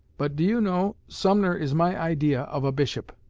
but, do you know, sumner is my idea of a bishop.